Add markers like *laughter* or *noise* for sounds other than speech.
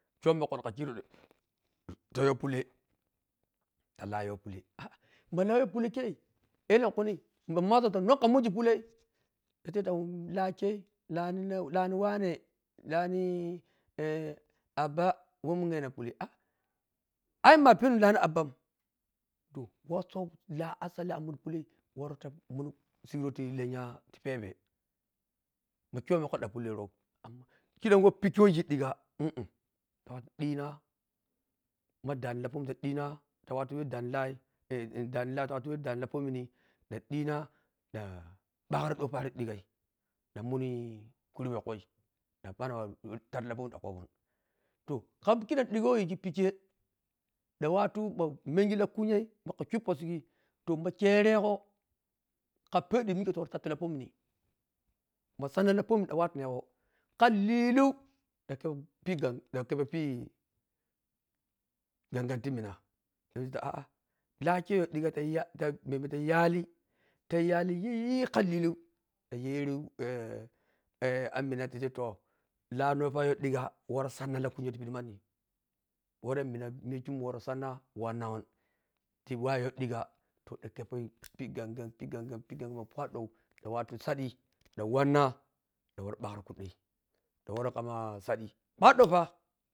Chom ma kon kakiro *noise* tayo pule ta la yo pule ah-ah mala yo pule kei elenkuni ma mazou ta non kamungi pulai ta tepta lani wane, lani eh aɓɓa whe munyeno pule ai mapenu lani aɓɓan toh wossou la assail an muni pulai woro ta munsiro ti lenya ti pebe ma kyomi koi dan pule rou amma kiɗan who pikkhe who yigi diga uh-uh tawata ɗhina ma dani la pomin dhina tawatu whe dani kii dani ki ta watu whe dani la pominni ɗan ɗhina ɗhan ɓarri po pari digai ɗan mmai kurbe kui ɗan bamu taɗi ki pomin ɗan kobou toh, kam kidam ɗiga whe yigi ppikkei van wattu ɓhomengi la kunyoi ɓhoka kyuppo siggi toh ma kerego ka pedi mike ta wartu taɗ la pominin ma sanna lapomin dan wattunnego ka lilu ɗan khheɓu pi gan, dan khebu pi gangon timina isi ta ah-ah, la kei yodiga tayiya memme tayi yali tayi yali tayu yii ka lilu ɗan yeru ammaina tated tit oh lanpa yo dhiga whoro miya kyuu woro sanna wannan tiwayo ɗhiga to ɗan kheppoyi *noise* pi gan-gan pi gan-gan ɗan pi gan-gan ɓho kwaɗɗo watu saɗi dan wannan dan waru barri kuɗoi dan worou ka sadily kwaɗɗo pa.